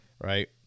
Right